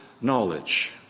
knowledge